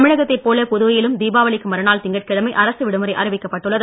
தமிழகத்தைப்போல புதுவையிலும் தீபாவளிக்கு மறுநாள் திங்கட்கிழமை அரசு விடுமுறை அறிவிக்கப்பட்டுள்ளது